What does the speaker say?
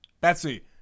Betsy